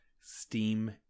steam